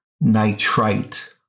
nitrite